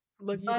Look